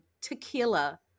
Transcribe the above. tequila